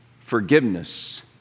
forgiveness